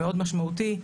מאוד משמעותי.